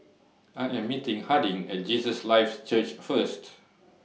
I Am meeting Harding At Jesus Lives Church First